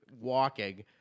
walking